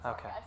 Okay